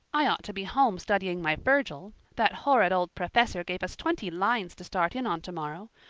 i ought to be home studying my virgil that horrid old professor gave us twenty lines to start in on tomorrow.